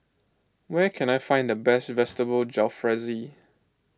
where can I find the best Vegetable Jalfrezi